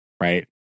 right